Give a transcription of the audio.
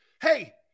hey